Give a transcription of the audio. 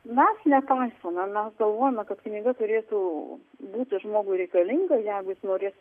mes nepaisome mes galvojame kad knyga turėtų būti žmogui reikalinga jeigu jis norės